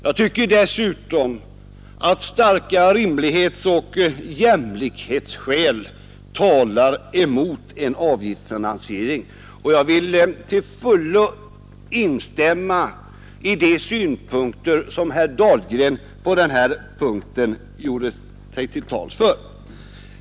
Jag tycker dessutom att starka rimlighetsoch jämlikhetsskäl talar emot en avgiftsfinansiering, och jag vill till fullo instämma i de synpunkter som herr Dahlgren på den här punkten framförde.